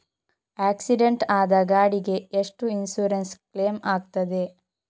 Accident ಆದ ಗಾಡಿಗೆ ಎಷ್ಟು ಇನ್ಸೂರೆನ್ಸ್ ಕ್ಲೇಮ್ ಆಗ್ತದೆ?